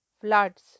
floods